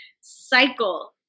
cycle